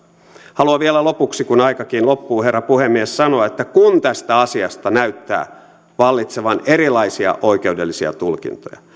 haluan vielä lopuksi kun aikakin loppuu herra puhemies sanoa että kun tästä asiasta näyttää vallitsevan erilaisia oikeudellisia tulkintoja